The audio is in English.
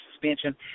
suspension